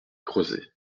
crozet